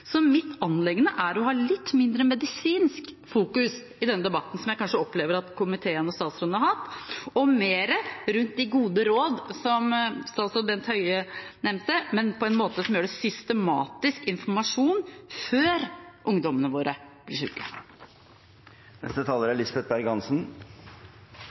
Så mitt anliggende er å ha litt mindre medisinsk fokus i denne debatten, som jeg kanskje opplever at komiteen og statsråden har hatt, og mer fokus på «de gode råd», som statsråd Bent Høie nevnte, men på en måte som gjør at vi får systematisk informasjon før ungdommene våre blir